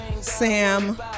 Sam